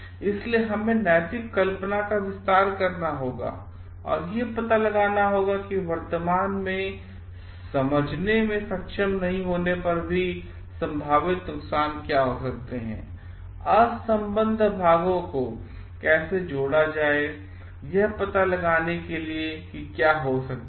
इसलिए हमें अपनी नैतिक कल्पना का विस्तार करना होगा और यह पता लगाना होगा कि वर्तमान में समझने में सक्षम नहीं होने पर भी संभावित नुकसान क्या हो सकते हैं असंबद्ध भागों को कैसे जोड़ा जाए और यह पता लगाने के लिए कि क्या हो सकता है